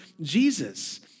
Jesus